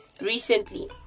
recently